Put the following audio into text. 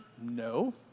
No